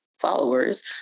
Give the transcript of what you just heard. followers